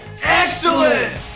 Excellent